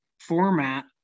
format